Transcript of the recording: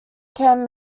can